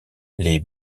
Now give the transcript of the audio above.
les